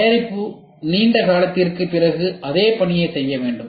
தயாரிப்பு நீண்ட காலத்திற்குப் பிறகு அதே பணியைச் செய்ய வேண்டும்